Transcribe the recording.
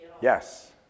Yes